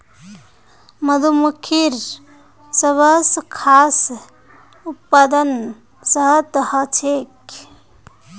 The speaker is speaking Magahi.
मधुमक्खिर सबस खास उत्पाद शहद ह छेक